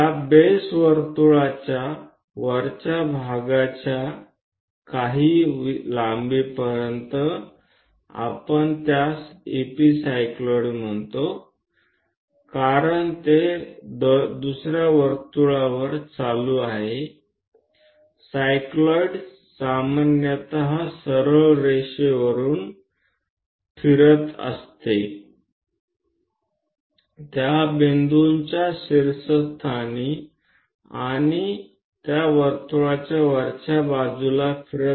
આ બેઝ વર્તુળના ઉપર વર્તુળના તે ભાગમાં ચોક્કસ લંબાઈ સુધી આપણે તેને એપીસાયક્લોઈડ બોલાવીએ છીએ કારણ કે તે બીજા વર્તુળની ઉપર ચાલે છે સાયક્લોઈડ કે જેના માટે આપણે તેને એક સીધી લીટી ઉપર અને એપીસાયક્લોઈડ માટે આપણે તેને તે બિંદુની ઉપર સામાન્ય રીતે ફેરવીએ છીએ